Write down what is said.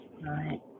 Right